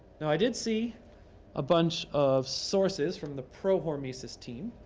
now, i did see a bunch of sources from the pro hormesis team.